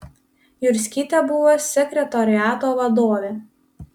jurskytė buvo sekretoriato vadovė